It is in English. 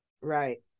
Right